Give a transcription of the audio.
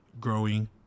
growing